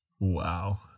Wow